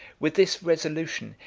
with this resolution,